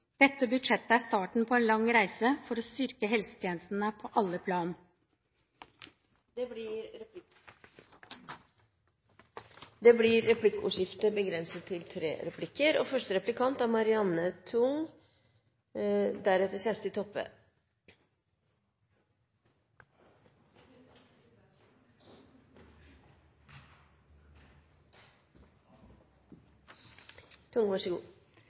Dette budsjettet er starten på en lang reise for å styrke helsetjenestene på alle plan. Det blir